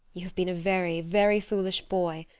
you have been a very, very foolish boy,